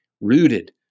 rooted